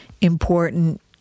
important